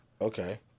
Okay